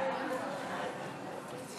העונשין (תיקון